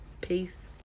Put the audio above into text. Peace